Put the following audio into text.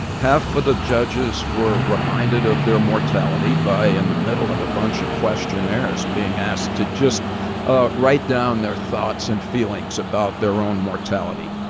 half of the judges were reminded of their mortality by, in the middle of a bunch of questionnaires, being asked to just ah write down their thoughts and feelings about their own mortality.